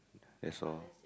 that's all